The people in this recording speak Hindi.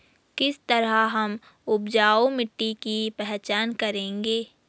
किस तरह हम उपजाऊ मिट्टी की पहचान करेंगे?